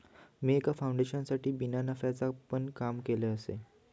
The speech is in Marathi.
मी एका फाउंडेशनसाठी बिना नफ्याचा पण काम केलय आसय